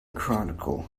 chronicle